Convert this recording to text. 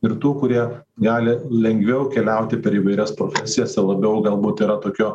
ir tų kurie gali lengviau keliauti per įvairias profesijas i labiau galbūt yra tokio